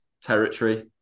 territory